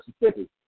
Mississippi